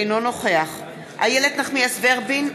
אינו נוכח איילת נחמיאס ורבין,